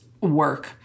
work